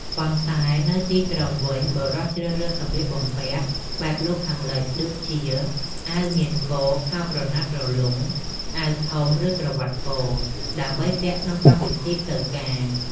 ប៉ុន្តែនៅក្នុងទីក្រុងវិញ បុរសជ្រើសរើសសម្លៀកបំពាក់បែបលោកខាងលិច ដូចជា អាវមានក ខោក្រណាត់រលុង អាវធំ ឬ ក្រវាត់ក ដើម្បីពាក់ក្នុងកម្មវិធីផ្លូវការ។